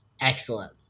excellent